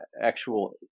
actual